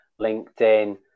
LinkedIn